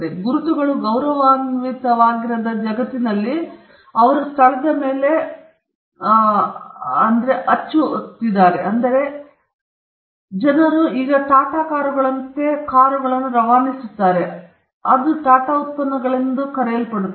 ಗುರುತುಗಳು ಗೌರವಾನ್ವಿತವಾಗಿರದ ಜಗತ್ತಿನಲ್ಲಿ ಅವರು ಸ್ಥಳದ ಮೇಲೆ ನಡೆಯುವ ಅತಿರೇಕದ ಕಡಲ್ಗಳ್ಳತನ ಮತ್ತು ನಕಲಿ ಇರುತ್ತದೆ ಏಕೆಂದರೆ ಜನರು ಈಗ ಟಾಟಾ ಕಾರುಗಳಂತೆ ಕಾರುಗಳನ್ನು ರವಾನಿಸುತ್ತಾರೆ ಅಥವಾ ಅವುಗಳು ಟಾಟಾದ ಉತ್ಪನ್ನಗಳನ್ನು ಹಾದು ಹೋಗುತ್ತವೆ